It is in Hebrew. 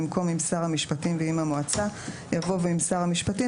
במקום "עם שר המשפטים ועם המועצה" יבוא "ועם שר המשפטים".